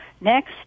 Next